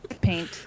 paint